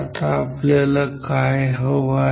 आता आपल्याला काय हवं आहे